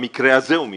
במקרה הזה הוא מתחמק.